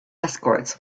escorts